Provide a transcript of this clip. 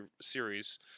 series